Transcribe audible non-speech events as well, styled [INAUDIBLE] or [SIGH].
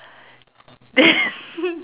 then [LAUGHS]